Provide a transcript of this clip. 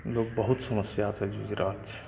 लोक बहुत समस्या सँ जुझि रहल छै